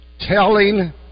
telling